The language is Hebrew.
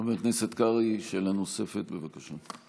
חבר הכנסת קרעי, שאלה נוספת, בבקשה.